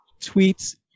tweets